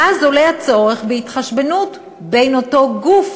ואז עולה הצורך בהתחשבנות בין אותו גוף